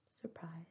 surprise